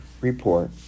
report